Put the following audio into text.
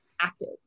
active